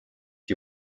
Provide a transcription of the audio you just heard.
die